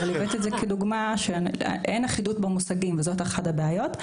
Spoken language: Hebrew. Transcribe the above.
אבל הבאתי את זה כדוגמה לכך שאין אחידות במושגים וזאת אחת הבעיות.